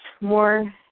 more